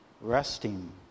resting